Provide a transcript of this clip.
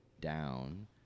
down